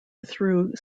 through